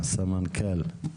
סמנכ"ל.